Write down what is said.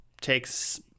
takes